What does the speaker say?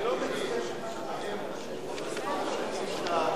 אדוני היושב-ראש.